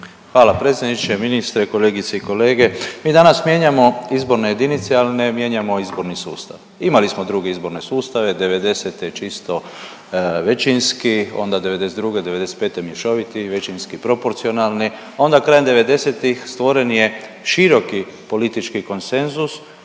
Hvala predsjedniče, ministre, kolegice i kolege mi danas mijenjamo izborne jedinice ali ne mijenjamo izborni sustav. Imali smo druge izborne sustave '90.-te čisto većinski onda '92., '95. mješoviti i većinski proporcionalni onda krajem '90.-tih stvoren je široki politički konsenzus